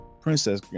princess